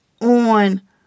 on